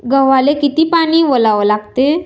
गव्हाले किती पानी वलवा लागते?